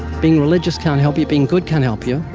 being religious can't help you. being good can't help you.